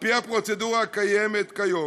על-פי הפרוצדורה הקיימת כיום,